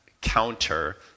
counter